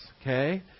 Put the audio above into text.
okay